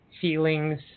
feelings